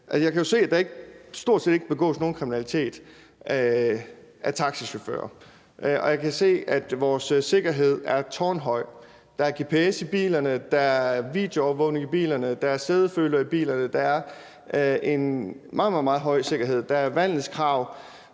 Jeg kan jo se, at der stort set ikke begås nogen kriminalitet af taxachauffører, og jeg kan se, at vores sikkerhed er tårnhøj. Der er gps i bilerne, der er videoovervågning i bilerne, og der er sædefølere i bilerne. Der er en meget, meget høj sikkerhed, der er vandelskrav,